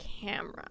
camera